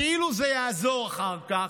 כאילו זה יעזור אחר כך,